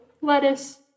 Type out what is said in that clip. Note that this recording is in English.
lettuce